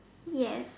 yes